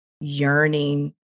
yearning